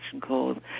called